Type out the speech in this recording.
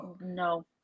No